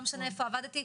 לא משנה איפה עבדתי,